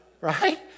right